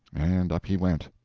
and up he went.